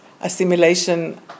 assimilation